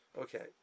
Okay